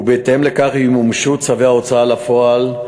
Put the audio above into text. ובהתאם לכך ימומשו צווי ההוצאה לפועל,